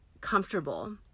comfortable